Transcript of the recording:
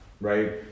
right